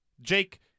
Jake